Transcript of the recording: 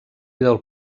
del